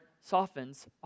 softens